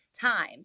time